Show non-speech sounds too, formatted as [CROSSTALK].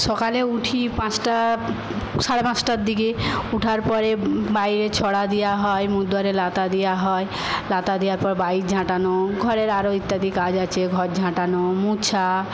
সকালে উঠি পাঁচটা সাড়ে পাঁচটার দিকে ওঠার পরে বাইরে ছড়া দেওয়া হয় [UNINTELLIGIBLE] লাতা দেওয়া হয় লাতা দেওয়ার পর বাইর ঝাঁটানো ঘরে আরও ইত্যাদি কাজ আছে ঘর ঝাঁটানো মোছা